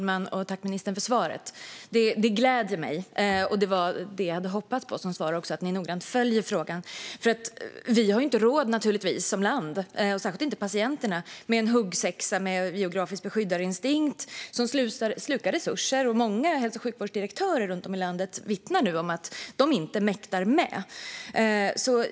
Jag tackar ministern för svaret, som gläder mig. Det var det svar jag hade hoppats på: att ni följer frågan noggrant. Vi som land har naturligtvis inte råd - särskilt inte patienterna - med en huggsexa och en geografisk beskyddarinstinkt som slukar resurser. Många hälso och sjukvårdsdirektörer runt om i landet vittnar nu om att de inte mäktar med.